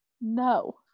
no